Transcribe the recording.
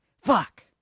Fuck